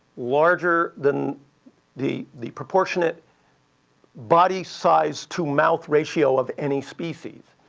larger than the the proportionate body size to mouth ratio of any species.